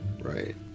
Right